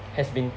has been